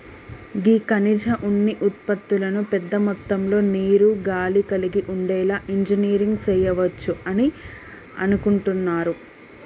గీ ఖనిజ ఉన్ని ఉత్పతులను పెద్ద మొత్తంలో నీరు, గాలి కలిగి ఉండేలా ఇంజనీరింగ్ సెయవచ్చు అని అనుకుంటున్నారు